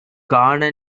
காண